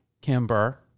Kimber